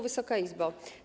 Wysoka Izbo!